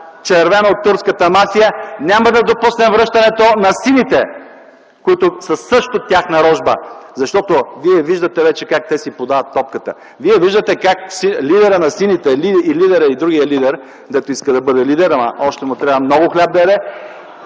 червено-турската мафия, няма да допуснем връщането на сините, които са също тяхна рожба, защото вие виждате вече как те си подават топката. Вие виждате как лидерът на сините и другият лидер, дето иска да бъде лидер, ама още му трябва много хляб да яде